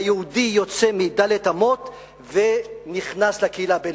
היהודי יוצא מד' אמות ונכנס לקהילה הבין-לאומית.